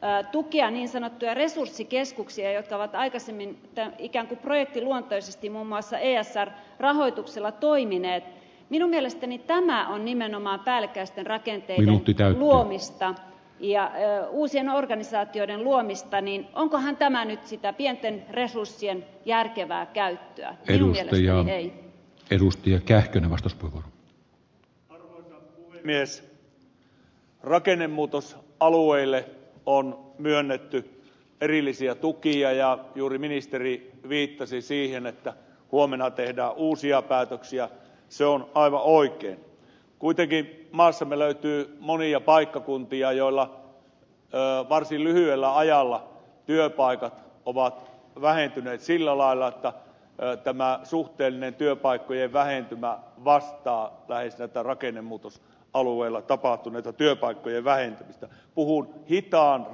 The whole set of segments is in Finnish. päätukija niin sanottu resurssikeskuksia jotka ovat aikaisemmin että ikääntyprojektiluontoisestimmassa erässä rahoituksella toimineet minun mielestäni tämä on nimenomaan päällekkäisten rakenteiden tytön ruumistaan ja enää uusien organisaatioiden luomista niin onhan tämä nyt sitä pienten resurssien järkevää käyttöä edustaja ei virustyy kähkönen vastustaa mies rakennemuutos alueelle on myönnetty erillisiä tukia ja juuri ministeri viittasi siihen että huomenna tehdä uusia päätöksiä se on vahva ori kuitenkin maassamme löytyy monia paikkakuntia joilla ja varsin lyhyellä ajalla työpaikat ovat vähentyneet sillä lailla tai käyttämään suhteellinen työpaikkojen vähentymä vastaa nais että rakennemuutos alueella tapahtuneita työpaikkojen vähentymistä puun hitaan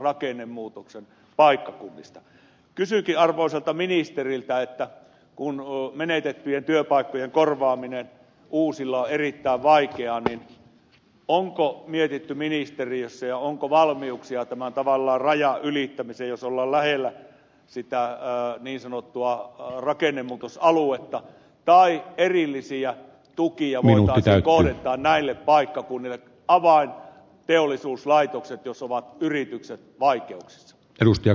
rakennemuutoksen paikkakunnista kysynkin arvoisalta ministeriltä että kunnalle menetettyjen työpaikkojen korvaaminen uusilla erittäin vaikea niin onko mietitty ministeriössä ja onko valmiuksia tämän tavallaan rajan ylittämisen jos ollaan lähellä sitä olla niin sanottua on rakennemuutosaluetta raija erillisiä tukia minun pitää kuljettaa näille paikkakunnille pamahdat teollisuuslaitokset ovat yritykset vaikeuksissa edustaja